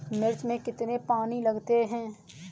मिर्च में कितने पानी लगते हैं?